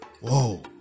Whoa